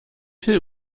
viel